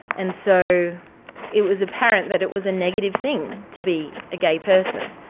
and so it was apparent that it was a negative thing to be a gay person,